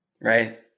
Right